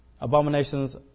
abominations